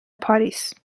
پاریس